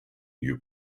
new